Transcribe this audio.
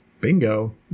Bingo